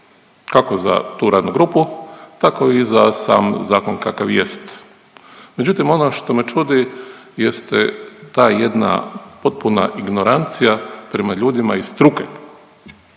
kako za tu radnu grupu tako i za sam zakon kakav jest. Međutim, ono što me čudi jeste ta jedna potpuna ignorancija prema ljudima iz struke.